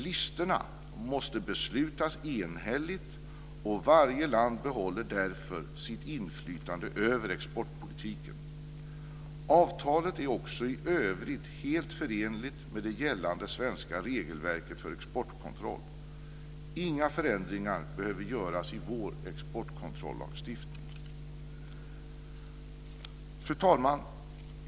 Listorna måste beslutas enhälligt, och varje land bibehåller därför sitt inflytande över exportpolitiken. Avtalet är också i övrigt helt förenligt med det gällande svenska regelverket för exportkontroll. Inga förändringar behöver göras i vår exportkontrollagstiftning. Fru talman!